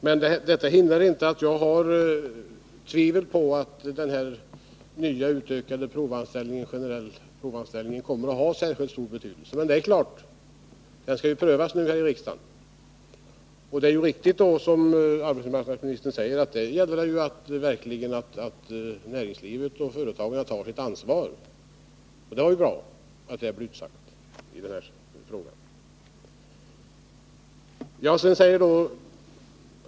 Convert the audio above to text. Men detta hindrar inte att jag hyser tvivel om att förslaget om en utökad, generell provanställning kommer att få särskilt stor betydelse. Nu skall ju förslaget prövas av riksdagen, och det är då viktigt att man beaktar vad arbetsmarknadsministern sade, nämligen att det gäller att näringslivet och företagarna tar sitt ansvar. Det var bra att detta blev utsagt i den här frågan.